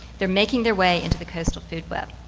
they're making their way into the coastal food web.